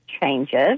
changes